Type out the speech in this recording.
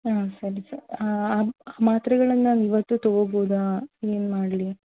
ಹಾಂ ಸರಿ ಸರ್ ಆ ಆ ಮಾತ್ರೆಗಳನ್ನು ನಾನು ಇವತ್ತು ತೊಗೊಬೋದಾ ಏನು ಮಾಡಲಿ